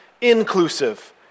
inclusive